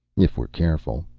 if we're careful.